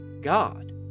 God